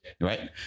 right